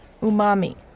Umami